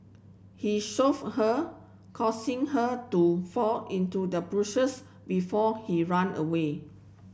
he shove her causing her to fall into the bushes before he run away